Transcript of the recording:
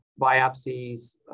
biopsies